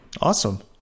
Awesome